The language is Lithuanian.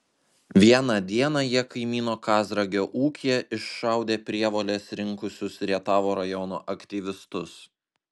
vieną dieną jie kaimyno kazragio ūkyje iššaudė prievoles rinkusius rietavo rajono aktyvistus